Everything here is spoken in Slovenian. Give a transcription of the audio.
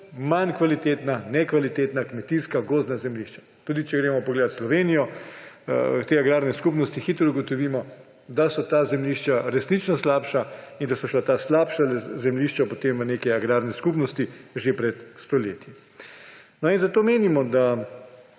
manj kvalitetna, nekvalitetna kmetijska, gozdna zemljišča. Tudi če gremo pogledat Slovenijo in te agrarne skupnosti, hitro ugotovimo, da so ta zemljišča resnično slabša in da so šla ta slabša zemljišča potem v neke agrarne skupnosti že pred stoletji. V razpravi